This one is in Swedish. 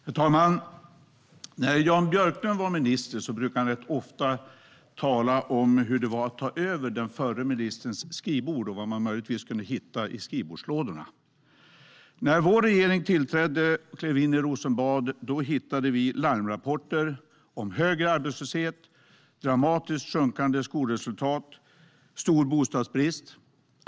Herr talman! När Jan Björklund var minister brukade han rätt ofta tala om hur det var att ta över den förre ministerns skrivbord och vad man möjligtvis kunde hitta i skrivbordslådorna. När vår regering tillträdde och klev in i Rosenbad hittade vi larmrapporter om högre arbetslöshet, dramatiskt sjunkande skolresultat och stor bostadsbrist.